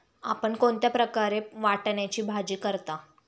आपण कोणत्या प्रकारे वाटाण्याची भाजी करता?